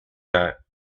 that